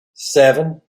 seven